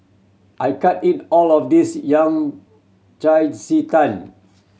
I can't eat all of this yang cai ji tang